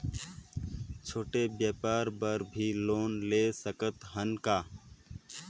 छोटे व्यापार बर भी लोन ले सकत हन का?